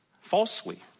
falsely